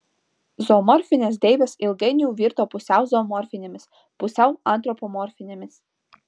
zoomorfinės deivės ilgainiui virto pusiau zoomorfinėmis pusiau antropomorfinėmis